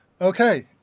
Okay